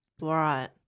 Right